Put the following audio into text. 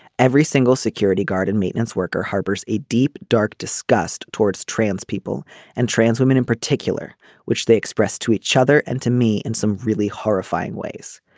every single security guard and maintenance worker harbors a deep dark disgust towards trans people and trans women in particular which they express to each other and to me in some really horrifying ways.